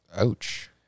Ouch